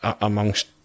amongst